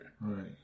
Right